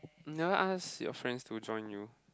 never ask your friend to join you